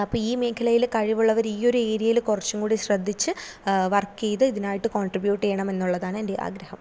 അപ്പം ഈ മേഖലയിൽ കഴിവുള്ളവരിയൊരു ഏരിയയിൽ കുറച്ചും കൂടി ശ്രദ്ധിച്ച് വർക്ക് ചെയ്ത് ഇതിനായിട്ട് കോൺട്രിബ്യൂട്ട് ചെയ്യണം എന്നുള്ളതാണ് എൻ്റെ ആഗ്രഹം